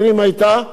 אנא ממך,